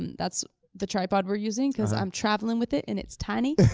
and that's the tripod we're using, cause i'm traveling with it, and it's tiny.